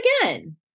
again